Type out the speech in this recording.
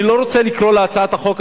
אני לא רוצה לקרוא להצעת החוק,